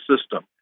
system